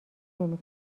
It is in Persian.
نمی